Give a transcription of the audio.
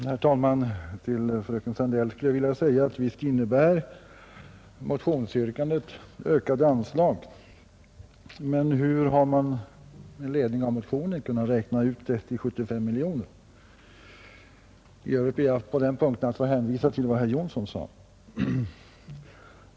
Herr talman! Till fröken Sandell skulle jag vilja säga, att visst innebär motionsyrkandet krav på ökade anslag. Men hur har man med ledning av motionen kunnat beräkna detta till 75 miljoner kronor? I övrigt ber jag att på denna punkt få hänvisa till vad herr Jonsson i Mora sade.